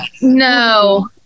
no